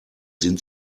sind